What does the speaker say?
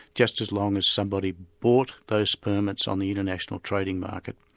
just as long as somebody bought those permits on the international trading market.